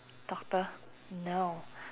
doctor no